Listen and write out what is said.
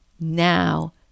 Now